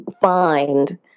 find